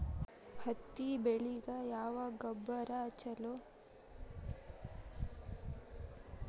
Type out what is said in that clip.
ಹತ್ತಿ ಬೆಳಿಗ ಯಾವ ಗೊಬ್ಬರ ಛಲೋ?